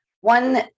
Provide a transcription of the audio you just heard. One